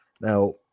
Now